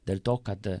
dėl to kad